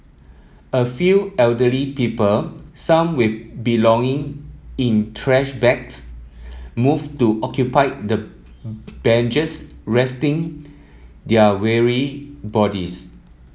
a few elderly people some with belonging in trash bags move to occupy the benches resting their weary bodies